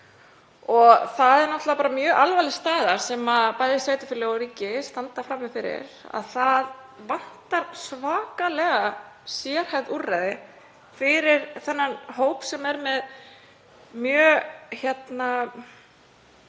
Þetta er náttúrlega mjög alvarleg staða sem bæði sveitarfélög og ríki standa frammi fyrir. Það vantar svakalega sérhæfð úrræði fyrir þennan hóp sem er með mjög þungar